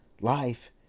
life